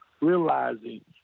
realizing